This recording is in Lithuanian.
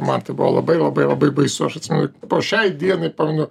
man tai buvo labai labai labai baisu aš atsimenu po šiai dienai pamenu